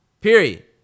Period